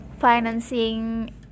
financing